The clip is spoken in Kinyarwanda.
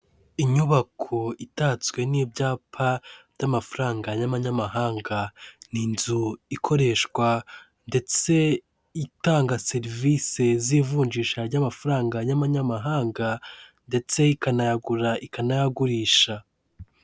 Urupapuro rugaragaza inshange ya banki yitwa access igaragaza aho umuntu anyura agiye kwinjira muri sisiteme yabo harimo aho ashyira umubare wibanga ndetse n'ijambo akoresha yinjira yarangiza agakandaho akinjira